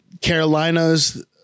Carolinas